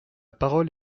parole